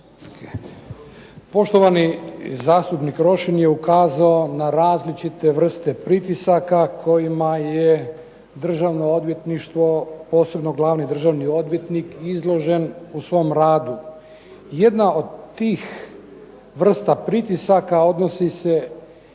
Poštovani zastupnik Rošin je ukazao na različite vrste pritisaka kojima je Državno odvjetništvo posebno glavni državni odvjetnik izložen u svojem radu, jedna od tih vrsta pritisaka odnosi se